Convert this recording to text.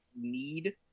need